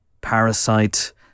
Parasite